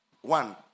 one